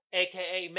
aka